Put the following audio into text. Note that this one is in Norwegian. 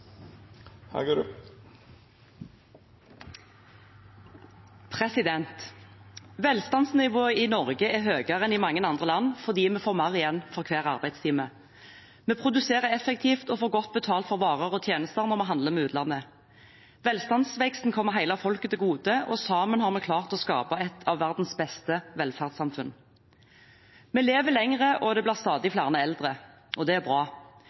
Velstandsnivået i Norge er høyere enn i mange andre land fordi vi får mer igjen for hver arbeidstime. Vi produserer effektivt og får godt betalt for varer og tjenester når vi handler med utlandet. Velstandsveksten kommer hele folket til gode, og sammen har vi klart å skape et av verdens beste velferdssamfunn. Vi lever lenger, og det blir stadig flere eldre. Det er bra.